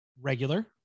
regular